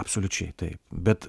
absoliučiai taip bet